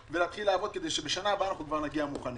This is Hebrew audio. לעבוד כדי שבשנה הבאה נגיע כבר מוכנים.